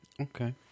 Okay